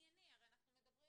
אנחנו מדברים